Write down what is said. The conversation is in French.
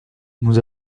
nous